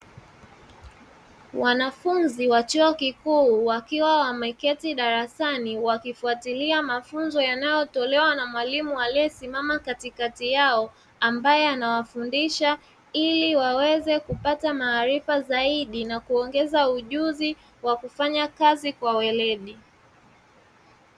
Wanafunzi wa chuo kikuu, wakiwa wameketi darasani wakifuatilia mafunzo yanayotolewa na mwalimu aliyesimama katikati yao, ambaye anawafundisha ili waweze kupata maarifa zaidi na kuongeza ujuzi wa kufanya kazi kwa weledi.